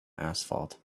asphalt